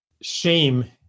shame